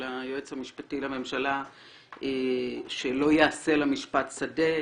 היועץ המשפטי לממשלה שלא יעשה לה משפט שדה,